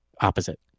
opposite